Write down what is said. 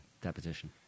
deposition